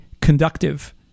conductive